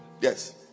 Yes